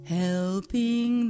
helping